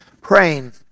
praying